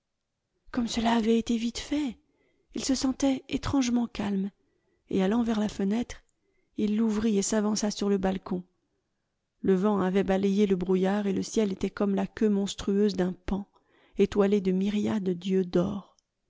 comme cela avait été vite fait il se sentait étrangement calme et allant vers la fenêtre il l'ouvrit et s'avança sur le balcon le vent avait balayé le brouillard et le ciel était comme la queue monstrueuse d'un paon étoilé de myriades d'yeux d'or